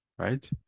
right